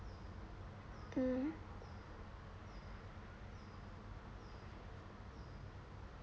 mm